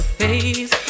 face